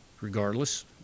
regardless